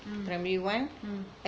mm mm